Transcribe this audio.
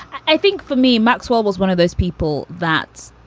i think for me, maxwell was one of those people that